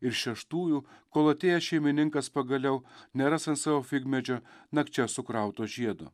ir šeštųjų kol atėjęs šeimininkas pagaliau neras ant savo figmedžio nakčia sukrauto žiedo